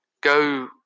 go